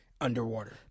Underwater